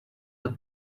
the